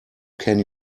can